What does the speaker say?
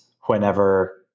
whenever